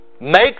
Make